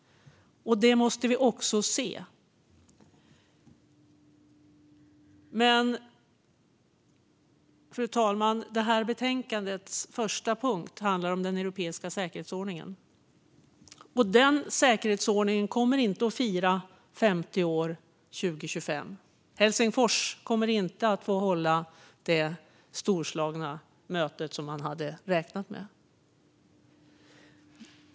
Detta måste vi också se. Fru talman! Första punkten i detta betänkande handlar om den europeiska säkerhetsordningen. Denna säkerhetsordning kommer inte att fira 50 år 2025. Helsingfors kommer inte att få hålla det storslagna möte som man hade räknat med.